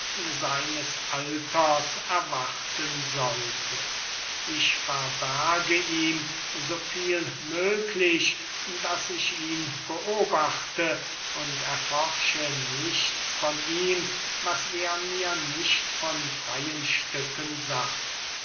seines alters erwarten sollte ich verberge ihm so viel möglich daß ich ihn beobachte und erforsche nichts von ihm was er mir nicht von freyen stücken sagt